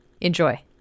Enjoy